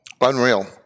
Unreal